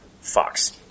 Fox